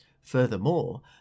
Furthermore